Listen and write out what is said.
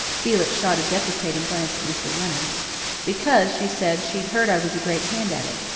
felix shot a deprecating glance at mr. leonard because, she said, she'd heard i was a great hand at it.